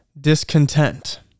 discontent